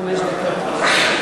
חמש דקות.